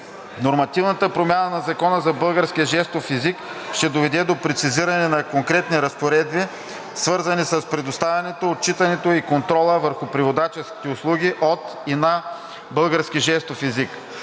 Нормативната промяна на Закона за българския жестов език ще доведе до прецизиране на конкретни разпоредби, свързани с предоставянето, отчитането и контрола върху преводаческите услуги от и на български жестов език.